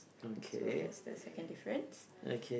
so that's the second difference